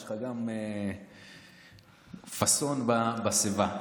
יש לך פאסון בשיבה,